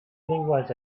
was